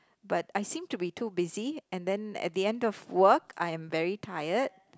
but I seem to be too busy and then at the end of work I am very tired